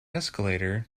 escalator